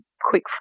quick